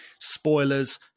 spoilers